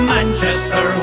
Manchester